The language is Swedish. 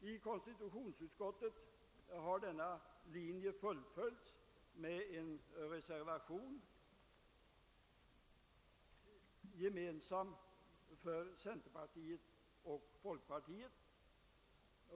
I konstitutionsutskottet har denna linje fullföljts med en reservation, gemensam för centerpartiet och folkpartiet.